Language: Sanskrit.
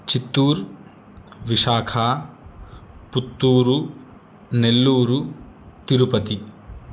चित्तूर् विशाखा पुत्तूरु नेल्लूरु तिरुपति